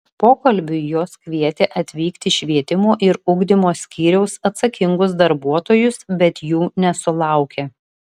pokalbiui jos kvietė atvykti švietimo ir ugdymo skyriaus atsakingus darbuotojus bet jų nesulaukė